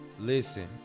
Listen